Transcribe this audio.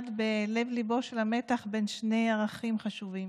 בלב-ליבו של המתח בין שני ערכים חשובים: